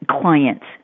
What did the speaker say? clients